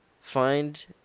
Find